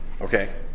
Okay